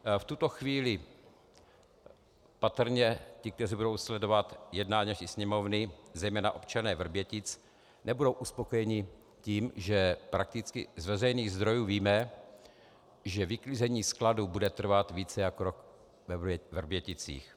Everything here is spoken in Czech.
V tuto chvíli patrně ti, kteří budou sledovat jednání naší Sněmovny, zejména občané Vrbětic, nebudou uspokojeni tím, že prakticky z veřejných zdrojů víme, že vyklizení skladu bude trvat více než rok ve Vrběticích.